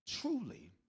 Truly